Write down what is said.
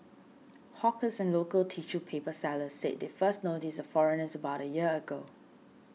hawkers and local tissue paper sellers said they first noticed the foreigners about a year ago